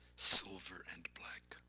silver and black,